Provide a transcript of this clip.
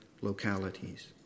localities